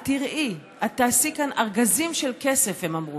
"את תראי, את תעשי כאן ארגזים של כסף", הם אמרו.